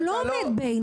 הוא לא עומד בעינו.